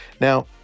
Now